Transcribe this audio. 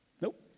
Nope